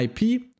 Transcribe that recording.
IP